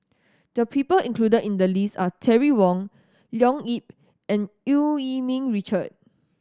the people included in the list are Terry Wong Leo Yip and Eu Yee Ming Richard